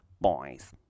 Boys